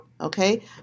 okay